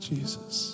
Jesus